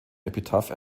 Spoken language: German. epitaph